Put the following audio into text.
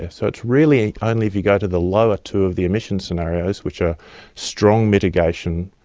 ah so it's really only if you go to the lower two of the emissions scenarios, which are strong mitigation,